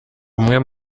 umwe